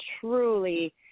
truly